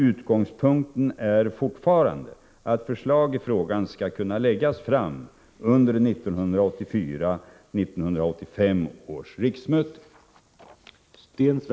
Utgångspunkten är fortfarande att förslag i frågan skall kunna läggas fram under 1984/85 års riksmöte.